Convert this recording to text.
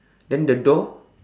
then the door